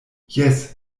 jes